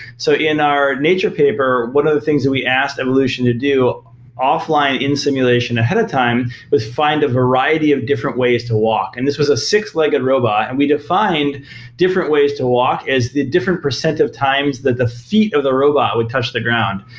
so in our nature paper, one of the things that we asked evolution to do offline in simulation ahead of time was find a variety of different ways to walk, and this was a six-legged robot and we defined different ways to walk as the different percent of times that the feet of the robot would touch the ground.